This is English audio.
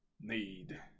need